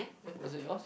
eh was it yours